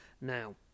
now